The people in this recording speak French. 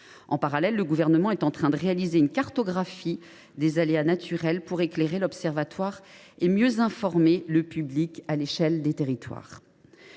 En parallèle, le Gouvernement est en train de réaliser une cartographie des aléas naturels, pour éclairer l’observatoire et mieux informer le public à l’échelle des territoires.